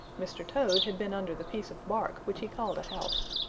mr. toad had been under the piece of bark which he called a house.